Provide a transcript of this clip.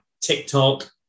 TikTok